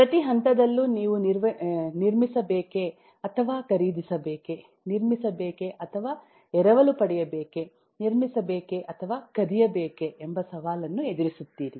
ಪ್ರತಿ ಹಂತದಲ್ಲೂ ನೀವು ನಿರ್ಮಿಸಬೇಕೆ ಅಥವಾ ಖರೀದಿಸಬೇಕೆ ನಿರ್ಮಿಸಬೇಕೇ ಅಥವಾ ಎರವಲು ಪಡೆಯಬೇಕೇ ನಿರ್ಮಿಸಬೇಕೇ ಅಥವಾ ಕದಿಯಬೇಕೇ ಎಂಬ ಸವಾಲನ್ನು ಎದುರಿಸುತ್ತೀರಿ